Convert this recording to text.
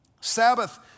Sabbath